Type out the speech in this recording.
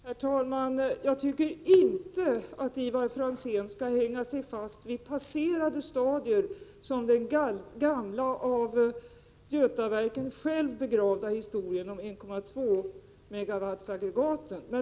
Herr talman! Jag tycker inte att Ivar Franzén skall hänga sig fast vid passerade stadier som den gamla, av Götaverken själv begravda historien om 1,2 MW-aggregaten.